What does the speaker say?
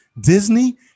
Disney